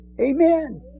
amen